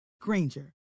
Granger